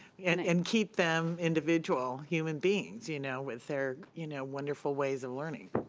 and and keep them individual human beings you know with their, you know, wonderful ways of learning.